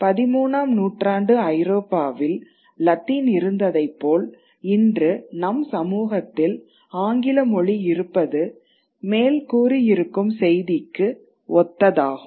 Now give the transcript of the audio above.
13 ஆம் நூற்றாண்டு ஐரோப்பாவில் லத்தீன் இருந்ததைப் போல் இன்று நம் சமூகத்தில் ஆங்கில மொழி இருப்பது மேல் கூறியிருக்கும் செய்திக்கு ஒத்ததாகும்